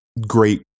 great